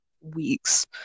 weeks